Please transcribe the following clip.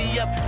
up